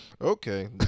okay